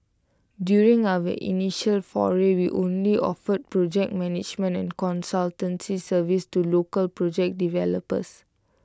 during our initial foray we only offered project management and consultancy services to local project developers